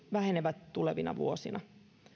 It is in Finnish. vähenevät tulevina vuosina